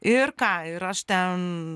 ir ką ir aš ten